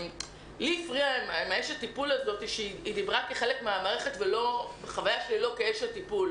לי הפריע שאשת הטיפול דיברה כחלק מן המערכת ולא כאשת טיפול,